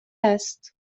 است